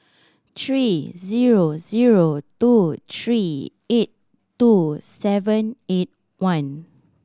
three zero zero two three eight two seven eight one